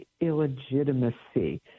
illegitimacy